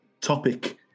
topic